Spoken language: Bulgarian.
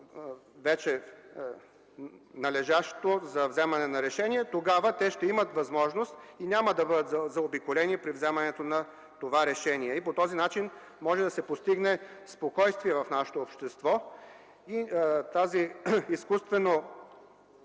бъде належащо за вземане на решение, тогава те ще имат възможност и няма да бъдат заобиколени при вземането на това решение. По този начин може да се постигне спокойствие в нашето общество. Тази изкуствено